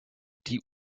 die